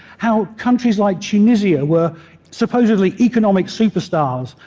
how countries like tunisia were supposedly economic superstars,